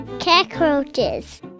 Cockroaches